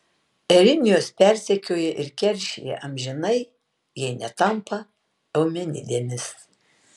erinijos persekioja ir keršija amžinai jei netampa eumenidėmis